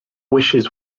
wishes